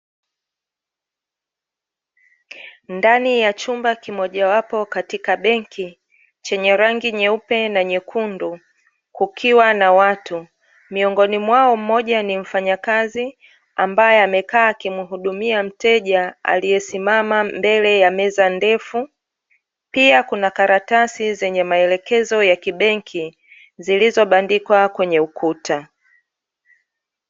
Ndani ya chumba kimojawapo katika benki chenye rangi nyeupe na nyekundu kukiwa na watu miongoni mwao mmoja ni mfanyakazi ambaye amekaa akimhudumia mteja aliyesimama mbele ya meza ndefu pia kuna karatasi zenye maelekezo ya kibenki zilizobandikwa kwenye ukuta.